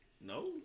No